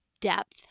depth